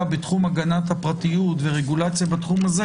בתחום הגנת הפרטיות ורגולציה בתחום הזה,